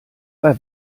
bei